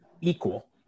equal